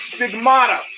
Stigmata